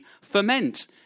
Ferment